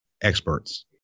experts